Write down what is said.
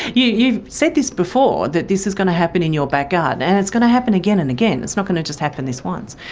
yeah you've said this before that this is going to happen in your backyard and it's going to happen again and again, it's not going to just happen this once.